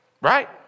right